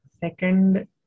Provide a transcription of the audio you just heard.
Second